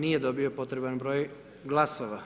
Nije dobio potreban broj glasova.